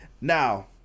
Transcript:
Now